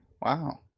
Wow